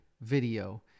video